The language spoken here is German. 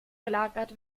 gelagert